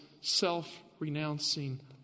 self-renouncing